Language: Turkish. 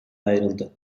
ayrıldı